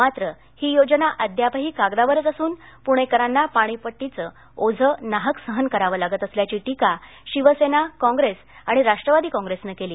मात्र ही योजना अद्यापही कागदावरच असून पृणेकरांना पाणीपट्टीवाढीचं ओझं नाहक सहन करावं लागत असल्याची टिका शिवसेना कॉंग्रेस आणि राष्ट्रवादी कॉंग्रेसने केली